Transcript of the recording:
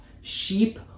sheep